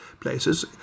places